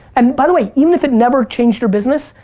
and by the way, even if it never changed your business,